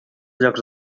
llocs